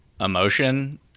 emotion